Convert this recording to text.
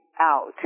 out